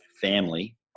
family